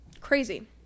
Crazy